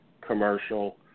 commercial